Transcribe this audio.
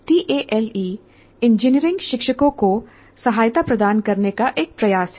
TALE engineering शिक्षकों को सहायता प्रदान करने का एक प्रयास है